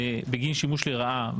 בגין שימוש לרעה,